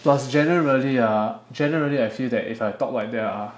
plus generally ah generally I feel that if I talk like that ah